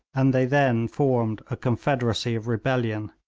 and they then formed a confederacy of rebellion.